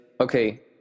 okay